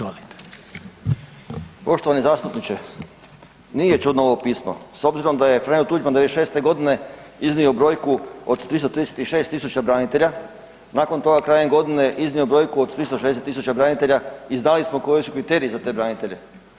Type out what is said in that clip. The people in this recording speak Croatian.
Poštovani zastupniče, nije čudno ovo pismo s obzirom da je Franjo Tuđman '96. g. iznio brojku od 336 tisuća branitelja, nakon toga, krajem godine je iznio brojku od 360 tisuća branitelja i znali smo koji su kriteriji za te branitelje.